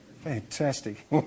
Fantastic